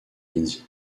midi